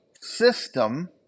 system